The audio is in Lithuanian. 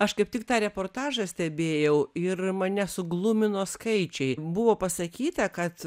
aš kaip tik tą reportažą stebėjau ir mane suglumino skaičiai buvo pasakyta kad